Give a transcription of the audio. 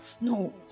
no